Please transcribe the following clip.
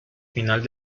final